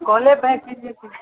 कॉले बैक कीजिए फिर